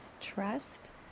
trust